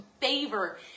favor